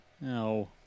No